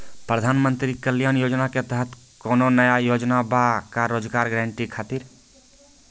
प्रधानमंत्री कल्याण योजना के तहत कोनो नया योजना बा का रोजगार गारंटी खातिर?